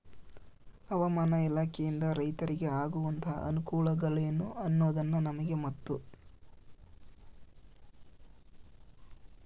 ಹವಾಮಾನ ಇಲಾಖೆಯಿಂದ ರೈತರಿಗೆ ಆಗುವಂತಹ ಅನುಕೂಲಗಳೇನು ಅನ್ನೋದನ್ನ ನಮಗೆ ಮತ್ತು?